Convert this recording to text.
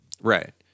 Right